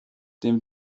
dem